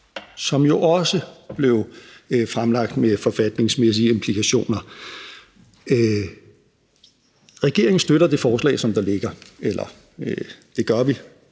som jo også blev fremlagt med forfatningsmæssige implikationer. Regeringen støtter det forslag, der ligger, det gør vi,